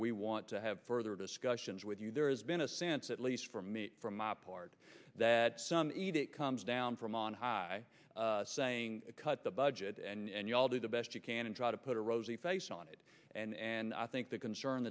we want to have further discussions with you there has been a sense at least for me from my part that some need it comes down from on high saying cut the budget and you all do the best you can and try to put a rosy face on it and i think the concern